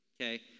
okay